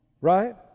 Right